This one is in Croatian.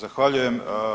Zahvaljujem.